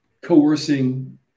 coercing